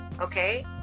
okay